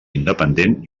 independent